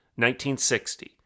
1960